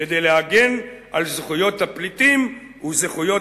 כדי להגן על זכויות הפליטים וזכויות